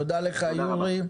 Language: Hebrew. תודה לך, יורי.